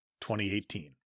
2018